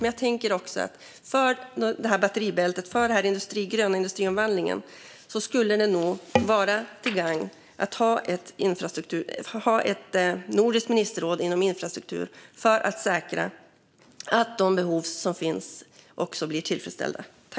Men jag tänker att för batteribältet och för den gröna industriomvandlingen skulle det vara till gagn att ha ett nordiskt ministerråd inom infrastruktur för att säkra att de behov som finns också blir tillfredsställda.